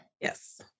Yes